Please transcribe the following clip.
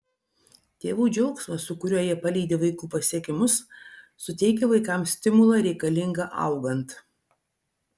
tėvų džiaugsmas su kuriuo jie palydi vaikų pasiekimus suteikia vaikams stimulą reikalingą augant